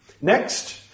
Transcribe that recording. Next